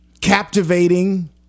captivating